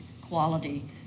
quality